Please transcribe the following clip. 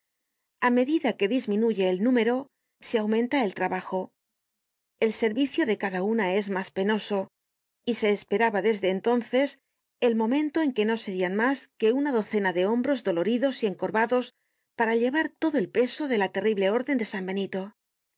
a medida que disminuye el número se aumenta el trabajo el servicio de cada una es mas penoso y se esperaba desde entonces el momento en que no serian mas que una docena de hombros content from google book search generated at doloridos y encorvados para llevar todo el peso de la terrible orden de san benito